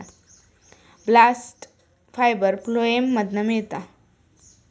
bast fibre phloem मधना मिळता